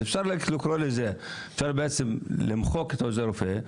אז אפשר למחוק את עוזר רופא,